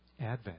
Advent